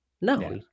No